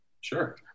Sure